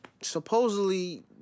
supposedly